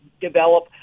develop